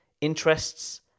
interests